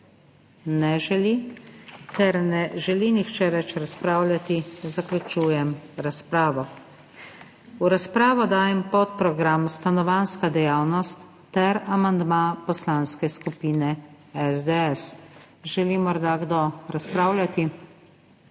Ne želi. Ker ne želi nihče več razpravljati, zaključujem razpravo. V razpravo dajem podprogram Stanovanjska dejavnost ter amandma Poslanske skupine SDS. Želi morda kdo razpravljati?